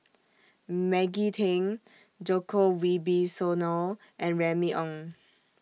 Maggie Teng Djoko Wibisono and Remy Ong